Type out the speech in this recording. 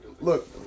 look